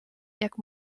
jak